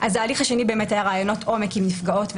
אז ההליך השני היה ראיונות עומק עם נפגעות ונפגעים.